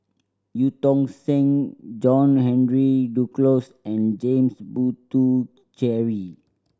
Eu Tong Sen John Henry Duclos and James Puthucheary